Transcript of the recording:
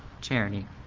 charity